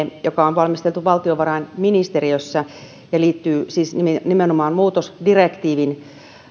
joka on valmisteltu valtiovarainministeriössä ja tämä liittyy siis nimenomaan muutosdirektiivin